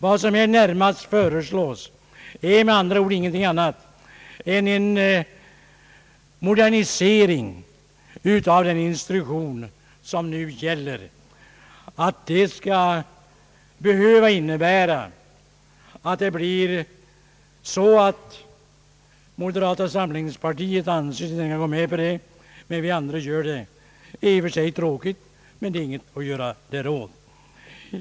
Vad som här närmast föreslås är med andra ord ingenting annat än en modernisering av den instruktion som nu gäller. Att det skulle behöva innebära att det blir så kanske inte moderata samlingspartiet går med på, men vi andra gör det. Det är i och för sig trå kigt, men det är ingenting att göra åt det.